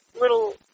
little